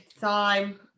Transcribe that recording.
time